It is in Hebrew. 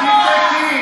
תבדקי.